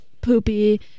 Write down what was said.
poopy